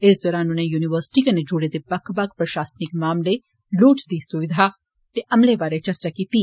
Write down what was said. इस दोरान उनें युनिवर्सिटी कन्नै जुड़े दे बक्ख बक्ख प्रशासनिक मामलें लोड़चदी सुविधा ते अमले बारै चर्चा कीत्ती